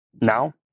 Now